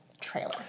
trailer